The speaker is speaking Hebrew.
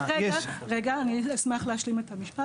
רגע, רגע, אני אשמח להשלים את המשפט.